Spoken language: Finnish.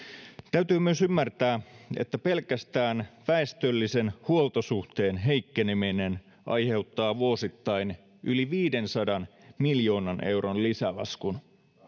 täytyy myös ymmärtää että pelkästään väestöllisen huoltosuhteen heikkeneminen aiheuttaa vuosittain yli viidensadan miljoonan euron lisälaskun